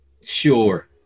Sure